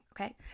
okay